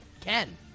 ken